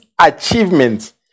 achievements